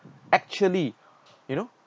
actually you know